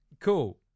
cool